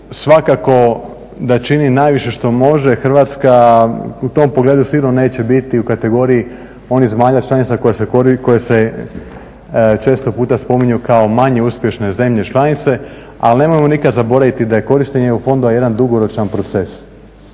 svakako da čini najviše što može, Hrvatska u tom pogledu sigurno neće biti u kategoriji onih zemalja članica koje se često puta spominju kao manje uspješne zemlje članice, ali nemojmo nikad zaboraviti da je korištenje EU fondova jedan dugoročna proces